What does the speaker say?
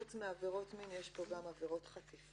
חוץ מעבירות מין יש פה גם עבירות חטיפה.